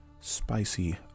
spicy